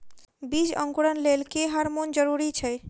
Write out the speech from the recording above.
बीज अंकुरण लेल केँ हार्मोन जरूरी छै?